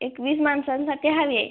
एकवीस माणसांसाठी हवी आहे